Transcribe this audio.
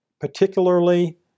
Particularly